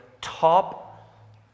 top